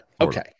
Okay